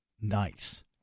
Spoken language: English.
nice